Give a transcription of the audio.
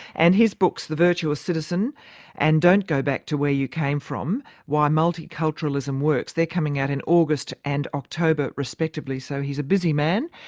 and his books, the virtuous citizen and don't go back to where you came from why multiculturalism works, they're coming out in august and october respectively, so he's a busy busy man.